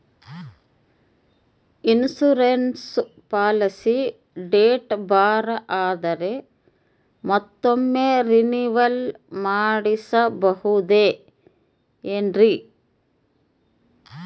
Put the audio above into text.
Insurance policy date ಬಾರ್ ಆದರೆ ಮತ್ತೊಮ್ಮೆ ರಿನಿವಲ್ ಮಾಡಿಸಬಹುದೇ ಏನ್ರಿ?